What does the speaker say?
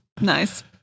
Nice